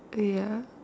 ya